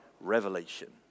revelation